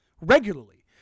regularly